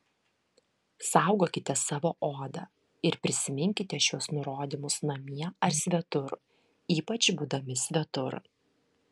saugokite savo odą ir prisiminkite šiuos nurodymus namie ar svetur ypač būdami svetur